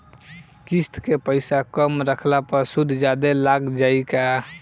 किश्त के पैसा कम रखला पर सूद जादे लाग जायी का?